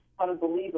Unbelievable